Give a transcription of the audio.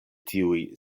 tiuj